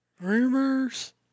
Rumors